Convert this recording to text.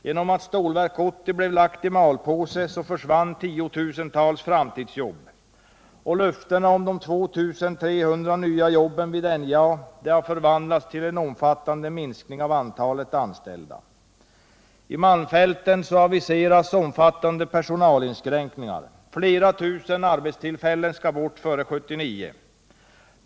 Genom att Stålverk 80 blev lagt i malpåse försvann 10 000-tals framtidsjobb. Löftena om de 2 300 nya jobben vid NJA har förvandlats till en omfattande minskning av antalet anställda. I malmfälten aviseras betydande personalinskränkningar. Flera tusen arbetstillfällen skall bort före 1979.